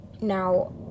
Now